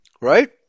right